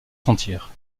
sentir